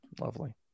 Lovely